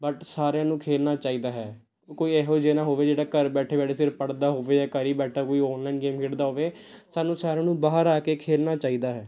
but ਸਾਰਿਆਂ ਨੂੰ ਖੇਡਣਾ ਚਾਹੀਦਾ ਹੈ ਕੋਈ ਇਹੋ ਜਿਹੇ ਨਾ ਹੋਵੇ ਜਿਹੜਾ ਘਰ ਬੈਠੇ ਬੈਠੇ ਸਿਰਫ਼ ਪੜ੍ਹਦਾ ਹੋਵੇ ਜਾਂ ਘਰ ਹੀ ਬੈਠਾ ਕੋਈ ਔਨਲਾਈਨ ਗੇਮ ਖੇਡਦਾ ਹੋਵੇ ਸਾਨੂੰ ਸਾਰਿਆਂ ਨੂੰ ਬਾਹਰ ਆ ਕੇ ਖੇਡਣਾ ਚਾਹੀਦਾ ਹੈ